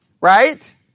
right